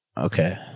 Okay